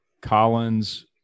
Collins